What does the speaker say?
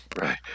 Right